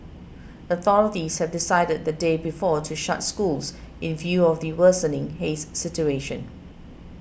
authorities had decided the day before to shut schools in view of the worsening haze situation